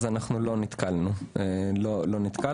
אנחנו לא נתקלנו בזה.